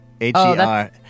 H-E-R